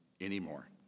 anymore